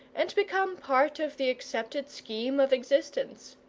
and become part of the accepted scheme of existence.